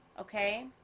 okay